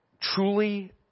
Truly